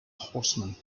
horseman